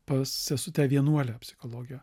pas sesutę vienuolę psichologę